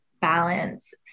balance